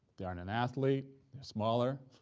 they aren't an athlete, they're smaller,